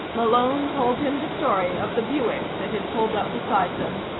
malone told him the story of the buick that had pulled up beside them,